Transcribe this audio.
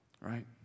right